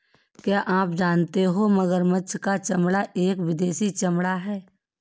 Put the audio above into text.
क्या आप जानते हो मगरमच्छ का चमड़ा एक विदेशी चमड़ा है